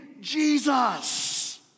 Jesus